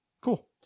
Cool